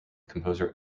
composer